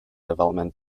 development